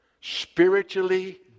spiritually